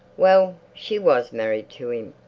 well, she was married to him.